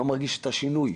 לא מרגיש את השינוי.